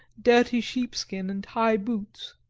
dirty sheepskin, and high boots.